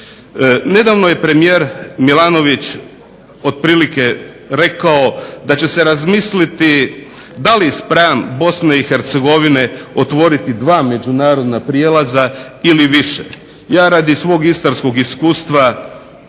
Nedavno je premijer Milanović rekao da će se razmisliti da li spram BiH otvoriti dva međunarodna prjelaza ili više, ja iz svog Istarskog iskustva